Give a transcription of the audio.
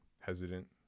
hesitant